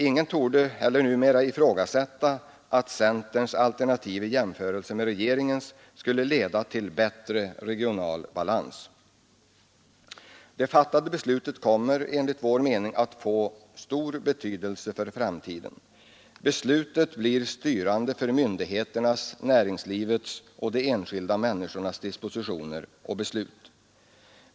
Ingen torde heller numera ifrågasätta att centerns alternativ i jämförelse med regeringens skulle leda till bättre regional balans. Det fattade beslutet kommer enligt vår mening att få stor betydelse för framtiden. Det blir styrande för myndigheternas, näringslivets och de enskilda människornas dispositioner och beslut.